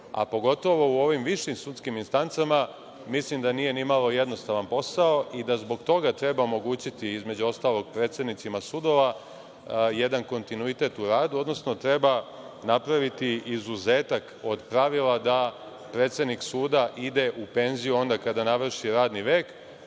a pogotovo u ovim višim sudskim instancama, mislim da nije ni malo jednostavan posao i da zbog toga treba omogućiti, između ostalog, predsednicima sudova jedan kontinuitet u radu, odnosno treba napraviti izuzetak od pravila da predsednik suda ide u penziju onda kada navrši radni vek,